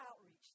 outreach